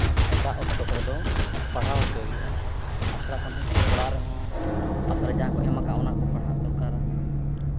ᱟᱨ ᱮᱴᱟᱜ ᱚᱠᱛᱚ ᱠᱚᱨᱮ ᱫᱚ ᱯᱟᱲᱦᱟᱣ ᱦᱚᱪᱚ ᱦᱩᱭᱩᱜᱼᱟ ᱟᱥᱲᱟ ᱠᱷᱚᱱ ᱦᱮᱡ ᱠᱟᱛᱮᱫ ᱚᱲᱟᱜ ᱨᱮᱦᱚᱸ ᱟᱥᱲᱟ ᱡᱟᱦᱟᱸ ᱠᱚ ᱮᱢ ᱟᱠᱟᱫ ᱚᱱᱟ ᱠᱚ ᱯᱟᱲᱦᱟᱜ ᱫᱚᱨᱠᱟᱨᱟ